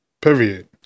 Period